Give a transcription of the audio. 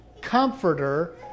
comforter